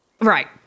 Right